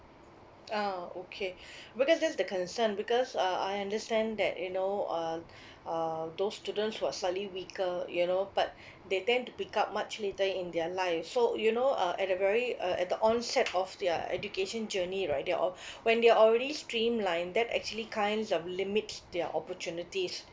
ah okay because that's the concern because uh I understand that you know uh uh those students who are slightly weaker you know but they tend to pick up much later in their life so you know uh at a very uh at the onset of their education journey right they're al~ when they're already streamlined that actually kinds of limits their opportunities